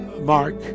mark